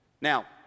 now